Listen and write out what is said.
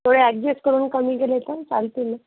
थोडे ॲडजस्ट करून कमी केले तर चालतील न